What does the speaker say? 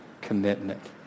commitment